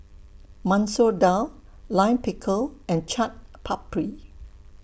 Masoor Dal Lime Pickle and Chaat Papri